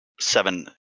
seven